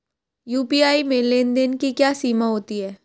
UPI में लेन देन की क्या सीमा होती है?